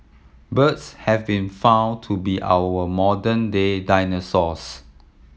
birds have been found to be our modern day dinosaurs